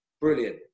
Brilliant